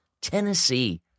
Tennessee